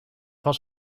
was